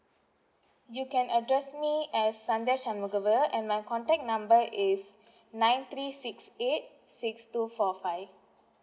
you can address me as sandesh hamugawa and my contact number is nine three six eight six two four five